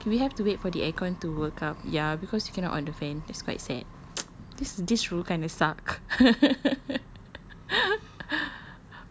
ya we have to wait for the aircon to come ya because we cannot on the fan that's quite sad this this rule kinda suck